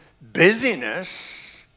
busyness